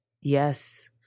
Yes